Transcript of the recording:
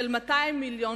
של 200 מיליון